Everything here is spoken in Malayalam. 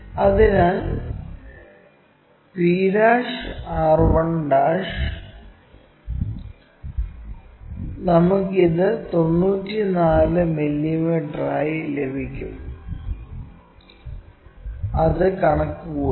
അതിനാൽ pr1 നമുക്ക് ഇത് 94 മില്ലീമീറ്ററായി ലഭിക്കും അത് കണക്കുകൂട്ടാം